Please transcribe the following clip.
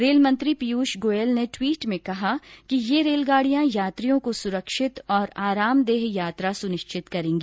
रेलमंत्री पीयूष गोयल ने टवीट में कहा कि ये रेलगाड़ियां यात्रियों को सुरक्षित और आरामदेह यात्रा सुनिश्चित करेंगी